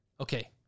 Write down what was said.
Okay